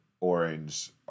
Orange